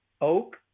oak